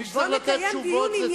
בואו נקיים דיון ענייני.